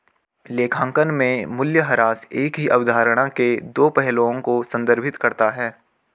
लेखांकन में मूल्यह्रास एक ही अवधारणा के दो पहलुओं को संदर्भित करता है